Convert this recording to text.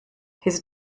his